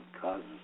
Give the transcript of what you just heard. causes